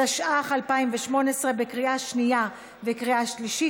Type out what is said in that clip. התשע"ח 2018, לקריאה שנייה וקריאה שלישית.